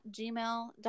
gmail.com